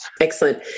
Excellent